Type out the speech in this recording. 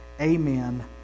Amen